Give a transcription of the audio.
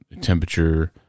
temperature